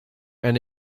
and